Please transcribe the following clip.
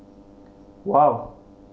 !wow!